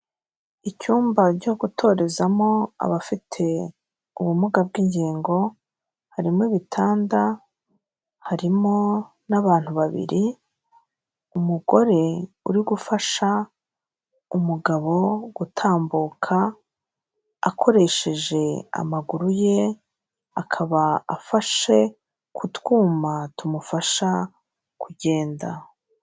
Icyumba cyo gutorezamo abafite ubumuga bw'ingingo, harimo ibitanda, harimo n'abantu babiri, umugore uri gufasha umugabo gutambuka akoresheje amaguru ye, akaba afashe ku twuma tumufasha kugenda.